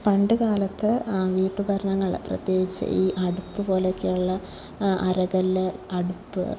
പണ്ടു കാലത്ത് വീട്ടുപകരണങ്ങളിൽ പ്രത്യേകിച്ച് ഈ അടുപ്പ് പോലെയൊക്കെയുള്ള അരകല്ല് അടുപ്പ്